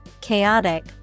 chaotic